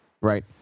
right